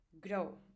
grow